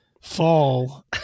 fall